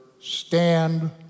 stand